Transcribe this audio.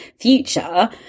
future